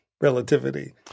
relativity